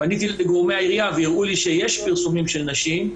פניתי לגורמי העירייה ואמרו לי שיש פרסומים של נשים,